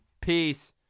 Peace